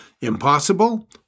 impossible